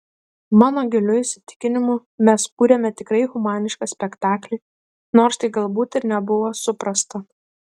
mano giliu įsitikinimu mes kūrėme tikrai humanišką spektaklį nors tai galbūt ir nebuvo suprasta